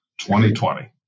2020